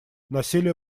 насилие